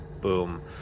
Boom